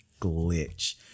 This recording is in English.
glitch